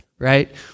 Right